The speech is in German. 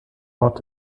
ort